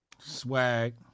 swag